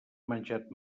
menjat